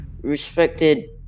respected